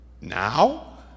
Now